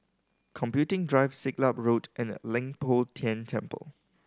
Computing Drive Siglap Road and Leng Poh Tian Temple